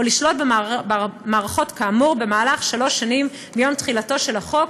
לשלוט במערכות כאמור במהלך שלוש שנים מיום תחילתו של החוק.